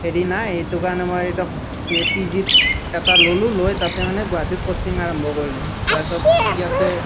হেৰি নাই সেইটো কাৰণে মই এটা হছ পি পিজিত এটা ল'লোঁ লৈ তাতে মানে গুৱাহাটীত কোচিং আৰম্ভ কৰিলোঁ তাৰপিছত ইয়াতে